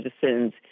citizens